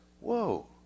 whoa